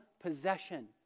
possession